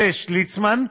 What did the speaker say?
ליצמן,